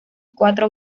cuatro